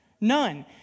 None